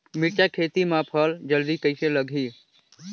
मिरचा खेती मां फल जल्दी कइसे लगही?